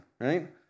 right